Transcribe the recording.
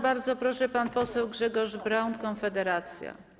Bardzo proszę pan poseł Grzegorz Braun, Konfederacja.